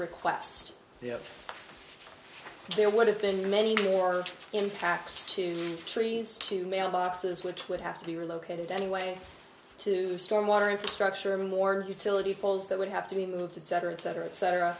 request there would have been many more in fact two trees to mailboxes which would have to be relocated anyway to storm water infrastructure or more utility poles that would have to be moved cetera et cetera et cetera